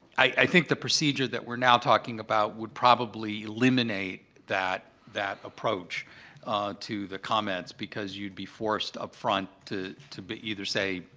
i think the procedure that we're now talking about would probably eliminate that that approach to the comments because you'd be forced up front to to either say,